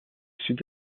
sud